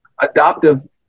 adoptive